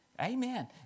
Amen